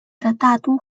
大都